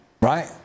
right